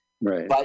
Right